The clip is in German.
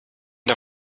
der